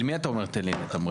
למי אתה אומר תן לי לתמרן?